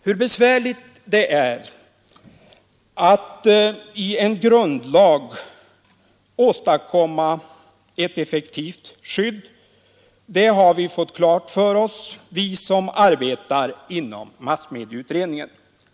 Hur besvärligt det är att i en grundlag åstadkomma ett effektivt skydd har vi som arbetar inom massmedieutredningen fått klart för oss.